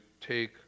take